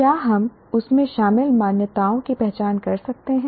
क्या हम उसमें शामिल मान्यताओं की पहचान कर सकते हैं